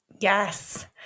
Yes